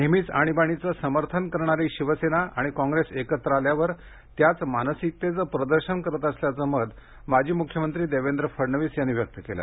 नेहमीच आणीबाणीचं समर्थन करणारी शिवसेना आणि काँग्रेस एकत्र आल्यावर त्याच मानसिकतेचे प्रदर्शन करत असल्याचं मत माजी मुख्यमंत्री देवेंद्र फडणविस यांनी व्यक्त केलं